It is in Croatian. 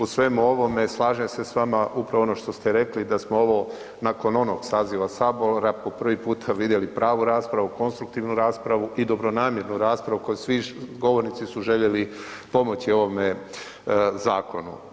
U svemu ovome slažem se s vama upravo ono što ste rekli da smo ovo nakon onog saziva Sabora po prvi puta vidjeli pravu raspravu, konstruktivnu raspravu i dobronamjernu raspravu u kojoj su svi govornici željeli pomoći ovome zakonu.